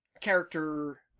character